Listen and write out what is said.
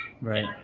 right